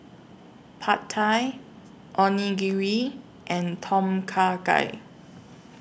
Pad Thai Onigiri and Tom Kha Gai